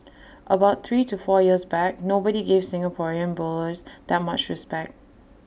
about three to four years back nobody gave Singaporean bowlers that much respect